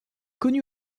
connue